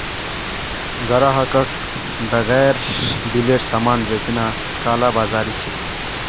ग्राहकक बेगैर बिलेर सामान बेचना कालाबाज़ारी छिके